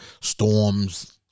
storms